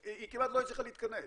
היא כמעט לא הצליחה להתכנס,